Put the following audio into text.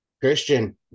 Christian